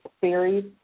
Series